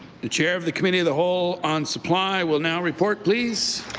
the chair of the committee of the whole on supply will now report, please.